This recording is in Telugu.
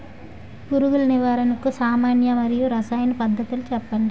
పురుగుల నివారణకు సామాన్య మరియు రసాయన పద్దతులను చెప్పండి?